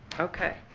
ok.